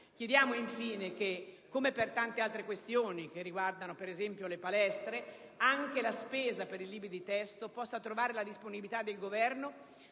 Chiediamo, infine, che come per tante altre spese, ad esempio quelle per le palestre, anche la spesa per i libri di testo possa trovare la disponibilità del Governo